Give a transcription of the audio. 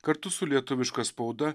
kartu su lietuviška spauda